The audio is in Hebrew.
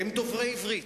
והם דוברי עברית,